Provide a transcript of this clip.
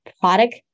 product